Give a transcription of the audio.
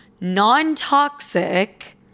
non-toxic